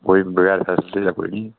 कोई बगैर फैसिलिटी दे कोई निं ऐ